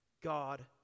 God